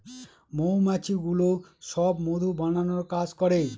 মৌমাছিগুলো সব মধু বানানোর কাজ করে